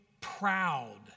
proud